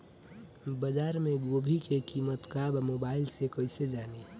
बाजार में गोभी के कीमत का बा मोबाइल से कइसे जानी?